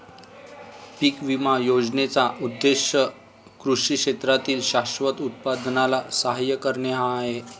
पीक विमा योजनेचा उद्देश कृषी क्षेत्रातील शाश्वत उत्पादनाला सहाय्य करणे हा आहे